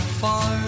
far